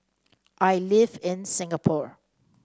I live in Singapore